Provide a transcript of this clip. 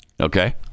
Okay